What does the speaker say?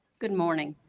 good morning.